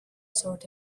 sort